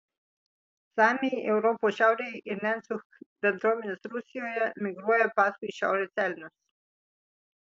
samiai europos šiaurėje ir nencų bendruomenės rusijoje migruoja paskui šiaurės elnius